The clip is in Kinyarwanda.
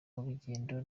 urugendo